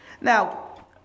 Now